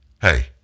Hey